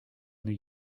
new